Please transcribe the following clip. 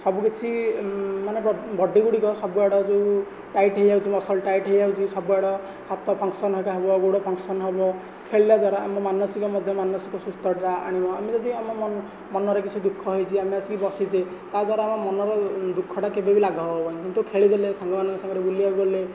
ସବୁକିଛି ମାନେ ବଡ଼ିଗୁଡ଼ିକ ସବୁଆଡ଼େ ଯେଉଁ ଟାଇଟ୍ ହୋଇଯାଉଛି ମସଲ୍ ଟାଇଟ୍ ହୋଇଯାଉଛି ସବୁଆଡ଼େ ହାତ ଫଙ୍କ୍ସନ୍ ଏକା ହେବ ଗୋଡ଼ ଫଙ୍କ୍ସନ୍ ହେବ ଖେଳିବା ଦ୍ୱାରା ଆମ ମାନସିକ ମଧ୍ୟ ମାନସିକ ସୁସ୍ଥତା ଆଣିବ ଆମେ ଯଦି ଆମ ମନରେ କିଛି ଦୁଃଖ ହୋଇଛି ଆମେ ଆସିକି ବସିଛେ ତାହା ଦ୍ୱାରା ଆମ ମନର ଦୁଃଖଟା କେବେ ବି ଲାଘବ ହେବନି କିନ୍ତୁ ଖେଳିଦେଲେ ସାଙ୍ଗମାନଙ୍କ ସାଙ୍ଗରେ ବୁଲିବାକୁ ଗଲେ